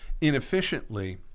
inefficiently